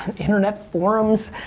internet forums,